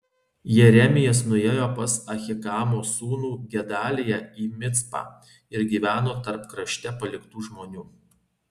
jeremijas nuėjo pas ahikamo sūnų gedaliją į micpą ir gyveno tarp krašte paliktų žmonių